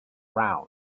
round